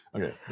Okay